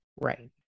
Right